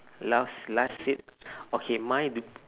last last seat okay my do